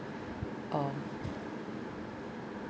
uh